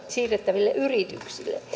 siirrettäville yrityksille